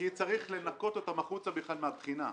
כי צריך לנכות אותם החוצה בכלל מהבחינה.